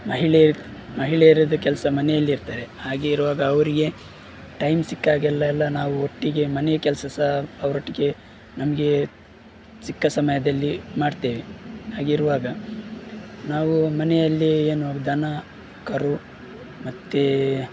ಮಹಿಳೆ ಮಹಿಳೆಯಿರೋದೆ ಕೆಲಸ ಮನೆಯಲ್ಲಿ ಇರ್ತದೆ ಹಾಗಿರುವಾಗ ಅವರಿಗೆ ಟೈಮ್ ಸಿಕ್ಕಾಗಲೆಲ್ಲ ನಾವು ಒಟ್ಟಿಗೆ ಮನೆ ಕೆಲಸ ಸಹಾ ಅವರೊಟ್ಟಿಗೆ ನಮಗೆ ಸಿಕ್ಕ ಸಮಯದಲ್ಲಿ ಮಾಡ್ತೇವೆ ಹಾಗಿರುವಾಗ ನಾವು ಮನೆಯಲ್ಲಿ ಏನು ದನ ಕರು ಮತ್ತೆ